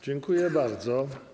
Dziękuję bardzo.